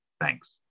thanks